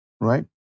right